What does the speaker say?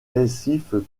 récifs